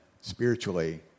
spiritually